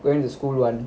going to the school one